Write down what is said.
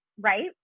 Right